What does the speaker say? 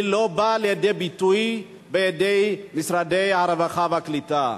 היא לא באה לידי ביטוי במשרדי הרווחה והקליטה.